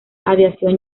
aviación